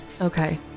Okay